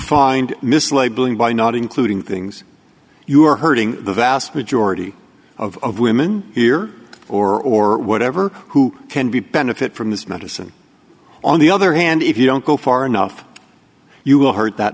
find mislabeling by not including things you're hurting the vast majority of women here or or whatever who can be benefit from this medicine on the other hand if you don't go far enough you will hurt that